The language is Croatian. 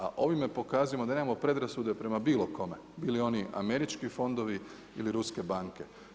A ovime pokazujemo da nemamo predrasude prema bilo kome bili oni američki fondovi ili ruske banke.